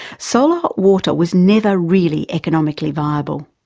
solar hot water was never really economically viable.